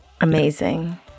Amazing